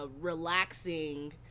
relaxing